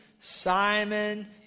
Simon